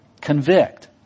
Convict